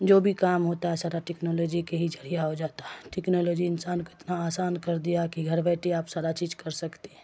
جو بھی کام ہوتا ہے سارا ٹکنالوجی کے ہی ذریعہ ہو جاتا ہے ٹکنالوجی انسان کو اتنا آسان کر دیا کہ گھر بیٹھے آپ سارا چیز کر سکتے ہیں